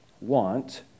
want